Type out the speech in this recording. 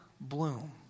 bloom